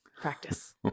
practice